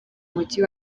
mujyi